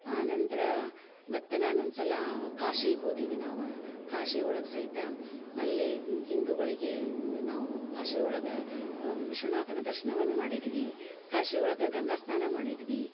ಆ ನಂತರ ಮತ್ತೆ ನಾನು ಒಂದು ಸಲ ಕಾಶಿಗೆ ಹೋದಿವಿ ನಾವು ಕಾಶಿ ಒಳಗೆ ಸಹಿತ ಅಲ್ಲಿ ಹಿಂದುಗಳಿಗೆ ಎಂದು ನಾವು ಕಾಶಿ ಒಳಗೆ ವಿಶ್ವನಾಥನ ದರ್ಶ್ನವನ್ನು ಮಾಡಿದ್ವಿ ಕಾಶಿ ಒಳಗೆ ಗಂಗಾ ಸ್ನಾನ ಮಾಡಿದ್ವಿ